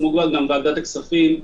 כמו גם ועדת הכספים,